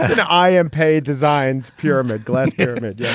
and i am pei designed pyramid. glass pyramid. yeah